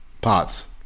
parts